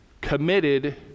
Committed